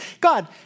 God